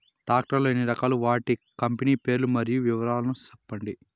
Tractor లు ఎన్ని రకాలు? వాటి కంపెని పేర్లు మరియు వివరాలు సెప్పండి?